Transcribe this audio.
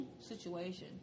situation